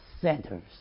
centers